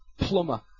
plumber